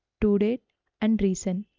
to date and reason.